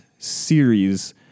series